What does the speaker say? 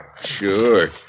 sure